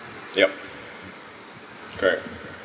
yup correct